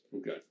Okay